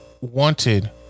Wanted